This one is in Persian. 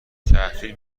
تحویل